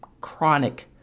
chronic